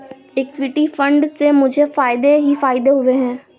equity fund से मुझे फ़ायदे ही फ़ायदे हुए हैं